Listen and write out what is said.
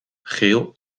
geel